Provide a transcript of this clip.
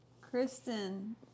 Kristen